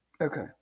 Okay